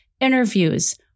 interviews